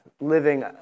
living